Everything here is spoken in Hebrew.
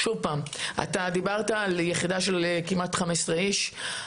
עוד פעם, אתה דיברת על יחידה של כמעט 15 איש.